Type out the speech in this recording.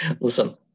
Listen